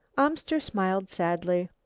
amster smiled sadly.